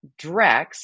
Drex